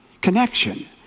connection